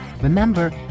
Remember